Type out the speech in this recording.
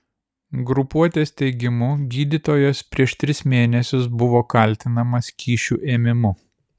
grupuotės teigimu gydytojas prieš tris mėnesius buvo kaltinamas kyšių ėmimu